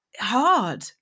hard